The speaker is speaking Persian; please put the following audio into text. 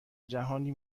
جهانی